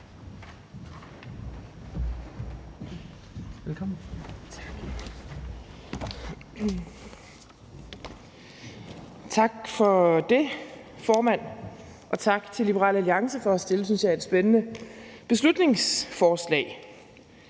Egelund): Tak for det, formand. Og tak til Liberal Alliance for at fremsætte et, synes jeg, spændende beslutningsforslag.